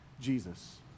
Jesus